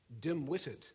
dim-witted